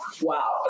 wow